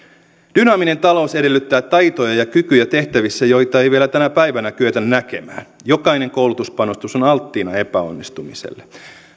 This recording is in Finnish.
dynaaminen talous edellyttää taitoja ja kykyjä tehtävissä joita ei vielä tänä päivänä kyetä näkemään jokainen koulutuspanostus on alttiina epäonnistumiselle